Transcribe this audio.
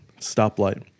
stoplight